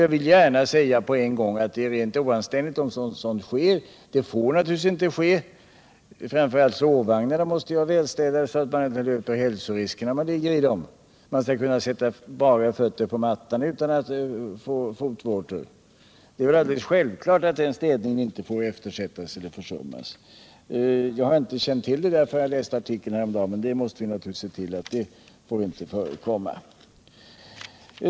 Jag vill gärna med en gång säga att det är rent oanständigt om sådant förekommer. Så får det naturligtvis inte vara. Framför allt sovvagnar måste vara välstädade, så att man inte löper hälsorisker när man ligger i dem. Man skall kunna sätta bara fötter på mattan utan att få fotvårtor. Det är alldeles självklart att den städningen inte får eftersättas eller försummas. Jag kände inte till detta förrän jag läste denna artikel häromdagen. Vi måste naturligtvis se till att inte sådant förekommer.